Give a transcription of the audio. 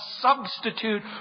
substitute